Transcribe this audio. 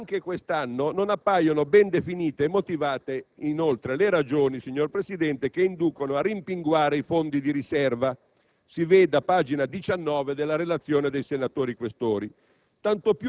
Presidente, non appaiono ben definite e motivate, inoltre, le ragioni che inducono a rimpinguare i fondi di riserva (si veda pagina 19 della relazione dei senatori Questori),